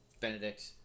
Benedict